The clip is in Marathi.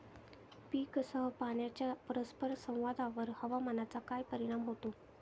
पीकसह पाण्याच्या परस्पर संवादावर हवामानाचा काय परिणाम होतो?